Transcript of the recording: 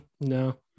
No